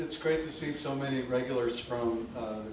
it's great to see so many regulars from